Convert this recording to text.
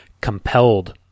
compelled